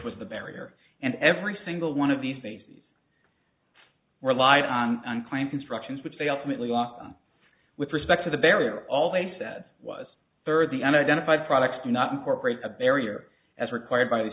was the barrier and every single one of these bases were live on unclaimed constructions which they ultimately want with respect to the barrier all they said was third the identified products do not incorporate a barrier as required by the